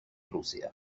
rusia